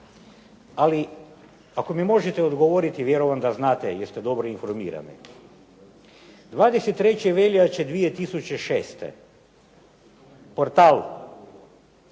ali ako mi možete odgovoriti, vjerujem da znate jer ste dobro informirani. 23. veljače 2006. portal